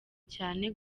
cyane